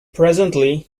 presently